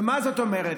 מה זאת אומרת?